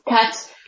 cut